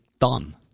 done